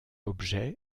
objet